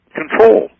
control